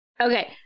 Okay